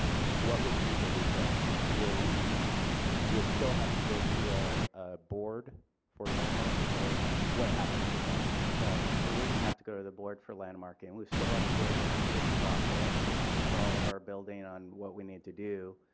what would be the result. will we still have to go to a board for landmarking or what happens at that point? no. we wouldn't have to go to the board for landmarking. we still would have to go through the city process for all of our buildings on what we need to do.